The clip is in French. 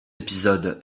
épisode